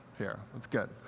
here, that's good.